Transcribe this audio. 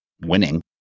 winning